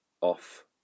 off